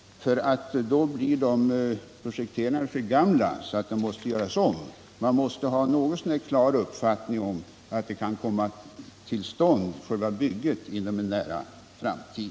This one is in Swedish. Har man det blir projekteringsarbetena för gamla och måste göras om. Man måste — när projekteringsarbetet sker — ha en något så när klar uppfattning om att själva bygget kan komma till stånd inom en nära framtid.